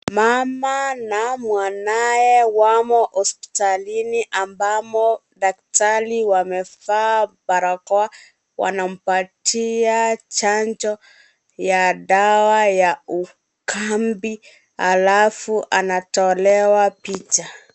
Mama na mwanawe wamo hospitalini ambamo daktari wamevaa barakoa. Wanampatia chanjo ya dawa ya ukambi halafu anatolewa picha.